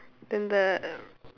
then the